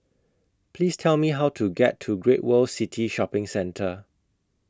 Please Tell Me How to get to Great World City Shopping Centre